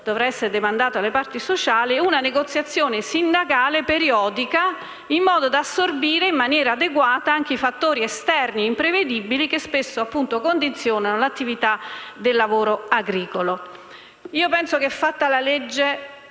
dovrà essere demandato alle parti sociali - una negoziazione sindacale periodica, in modo da assorbire, in maniera adeguata, anche i fattori esterni imprevedibili che spesso condizionano l'attività del mondo agricolo. Penso che, fatta la legge,